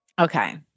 Okay